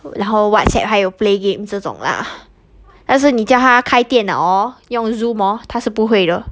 然后 whatsapp 还有 play game 这种啦但是你叫她开电脑 orh 用 zoom orh 她是不会的